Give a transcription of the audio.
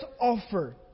offer